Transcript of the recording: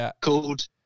called